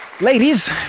ladies